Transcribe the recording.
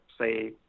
say